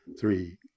three